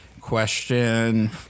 Question